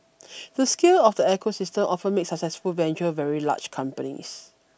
the scale of the ecosystem often makes successful ventures very large companies